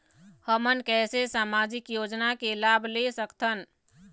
हमन कैसे सामाजिक योजना के लाभ ले सकथन?